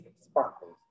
Sparkles